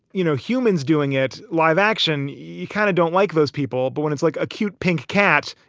you know, humans doing it live action, you kind of don't like those people. but when it's like a cute pink cat,